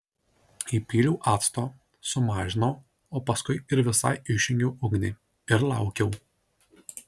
įpyliau acto sumažinau o paskui ir visai išjungiau ugnį ir laukiau